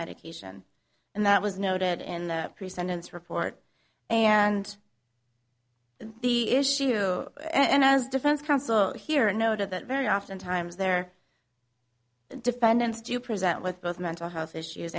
medication and that was noted and pre sentence report and the issue and as defense counsel here noted that very often times there defendants do present with both mental health issues